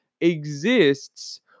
exists